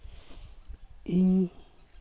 ᱤᱧ